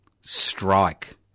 strike